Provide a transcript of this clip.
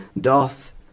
doth